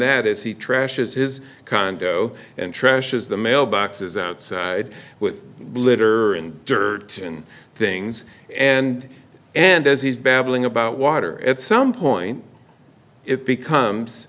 that as he trashes his condo and trashes the mailboxes outside with litter and dirt and things and and as he's babbling about water at some point it becomes